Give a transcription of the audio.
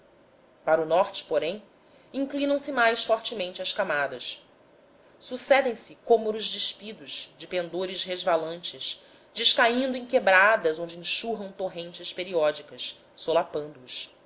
para o norte porém inclinam se mais fortemente as camadas sucedem se cômoros despidos de pendores resvalantes descaindo em quebradas onde enxurram torrentes periódicas solapando os